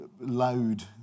loud